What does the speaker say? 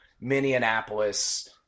Minneapolis